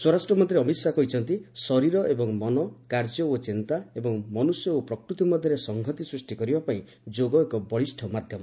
ସ୍ୱରାଷ୍ଟ୍ର ମନ୍ତ୍ରୀ ଅମିତ୍ ଶାହା କହିଛନ୍ତି ଶରୀର ଏବଂ ମନ କାର୍ଯ୍ୟ ଓ ଚିନ୍ତା ଏବଂ ମନୁଷ୍ୟ ଓ ପ୍ରକୃତି ମଧ୍ୟରେ ସଂହତି ସୃଷ୍ଟି କରିବାପାଇଁ ଯୋଗ ଏକ ବଳିଷ୍ଠ ମାଧ୍ୟମ